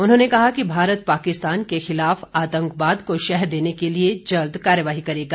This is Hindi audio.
उन्होंने कहा कि भारत पाकिस्तान के खिलाफ आंतकवाद को शह देने के लिए जल्द कार्यवाही करेगा